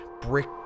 brick